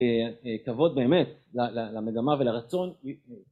כבוד באמת למגמה ולרצון